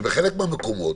שבחלק מהמקומות,